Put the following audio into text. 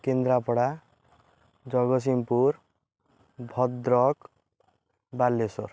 Kendrapara Jagatsinghpur Bhadrak Balasore